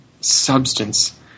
substance